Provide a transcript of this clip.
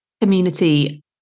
community